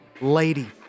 lady